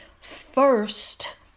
first